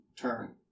turn